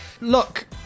Look